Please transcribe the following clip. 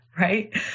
right